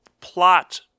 plot